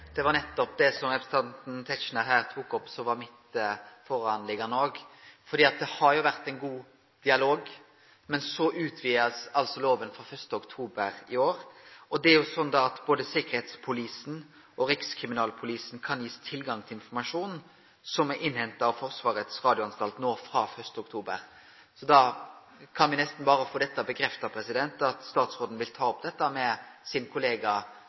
det var nettopp det som representanten Tetzschner tok opp, eg også var oppteken av. Det har vore ein god dialog, men så blir altså lova utvida frå 1. oktober i år, og da kan både Säkerhetspolisen og Rikskriminalpolisen få tilgang til informasjon som er innhenta av Försvarets radioanstalt. Da kan vi nesten berre få bekrefta at statsråden vil ta opp dette med kollegaen sin,